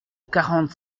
quarante